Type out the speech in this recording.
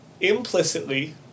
implicitly